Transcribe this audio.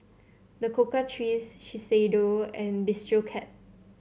The Cocoa Trees Shiseido and Bistro Cat